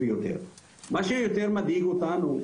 מה שיותר מדאיג אותנו,